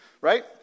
Right